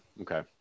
okay